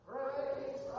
Praise